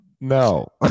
no